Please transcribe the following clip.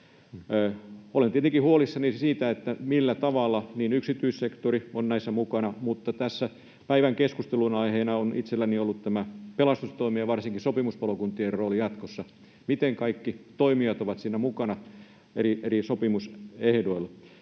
Olen tietenkin huolissani siitä, millä tavalla yksityissektori on näissä mukana, mutta tässä päivän keskustelunaiheena on itselläni ollut tämä pelastustoimi ja varsinkin sopimuspalokuntien rooli jatkossa: miten kaikki toimijat ovat siinä mukana eri sopimusehdoilla?